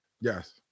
Yes